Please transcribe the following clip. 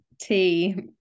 tea